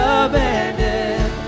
abandoned